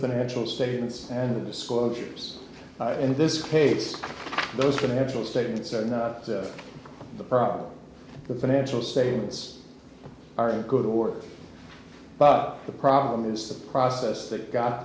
financial statements and the disclosures and this case those financial statements are the problem the financial statements are and go to war but the problem is the process that got